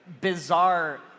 bizarre